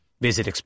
Visit